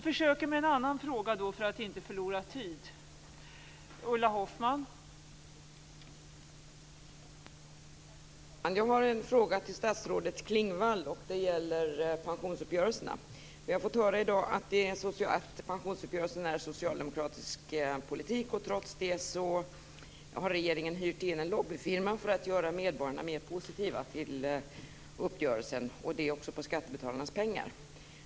Fru talman! Jag har en fråga till statsrådet Klingvall. Det gäller pensionsuppgörelsen. Vi har i dag fått höra att pensionsuppgörelsen är socialdemokratisk politik. Trots det har regeringen hyrt in en lobbyfirma för att göra medborgarna mer positiva till uppgörelsen. Det bekostas med skattebetalarnas pengar.